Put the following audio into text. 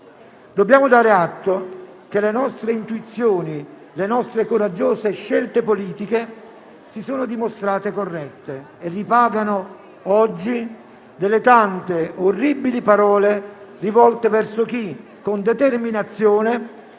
Dobbiamo dare atto che le nostre intuizioni, le nostre coraggiose scelte politiche, si sono dimostrate corrette e ripagano oggi delle tante orribili parole rivolte verso chi con determinazione